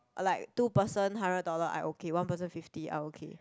like two person hundred dollar I okay one person fifty I okay